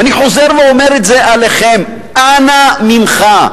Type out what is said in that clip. ואני חוזר ואומר את זה אליכם: אנא ממך,